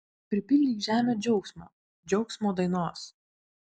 pripildyk žemę džiaugsmo džiaugsmo dainos